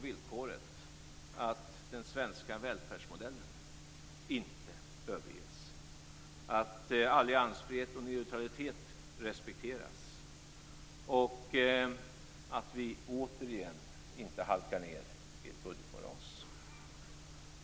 Villkoret är att den svenska välfärdsmodellen inte överges, att alliansfrihet och neutralitet respekteras och att vi inte återigen halkar ned i ett budgetmoras.